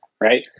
right